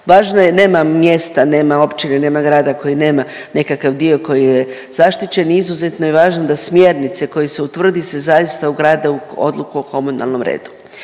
Važna je, nema mjesta, nema općine, nema grada koji nema nekakav dio koji je zaštićen i izuzetno je važno da smjernice koje se utvrdi se zaista ugrade u odluku o komunalnom redu.